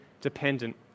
dependent